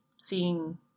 seeing –